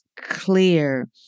clear